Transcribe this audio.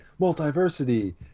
multiversity